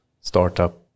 startup